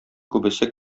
күбесе